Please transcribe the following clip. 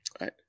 Right